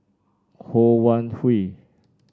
Ho Wan Hui